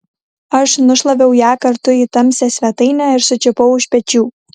aš nušlaviau ją kartu į tamsią svetainę ir sučiupau už pečių